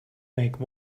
make